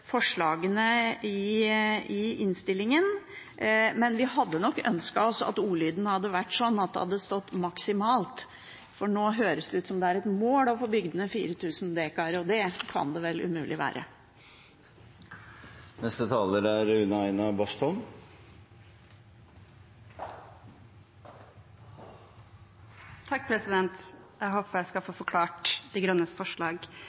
forslagene til vedtak i innstillingen, men vi hadde nok ønsket oss at ordlyden hadde vært sånn at det hadde stått «maksimalt», for nå høres det ut som det er et mål å få bygd ned 4 000 dekar. Det kan det vel umulig være. Jeg håper jeg skal få forklart De Grønnes forslag